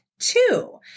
Two